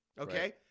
okay